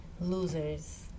losers